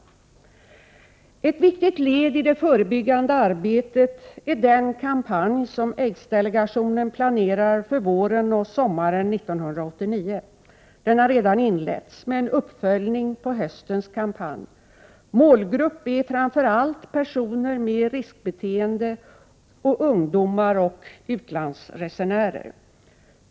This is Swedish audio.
Ett viktigt led i det förebyggande arbetet är den kampanj som aidsdelegationen planerar för våren och sommaren 1989. Den har redan inletts, och det blir en uppföljning på höstens kampanj. Målgrupp är framför allt personer med riskbeteende, ungdomar samt utlandsresenärer.